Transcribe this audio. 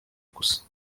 gusa